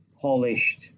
polished